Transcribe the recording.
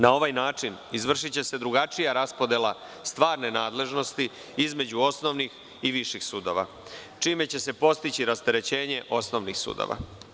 Na ovaj način izvršiće se drugačija raspodela stvarne nadležnosti između osnovnih i viših sudova, čime će se postići rasterećenje osnovnih sudova.